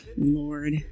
Lord